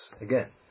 again